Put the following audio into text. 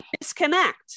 disconnect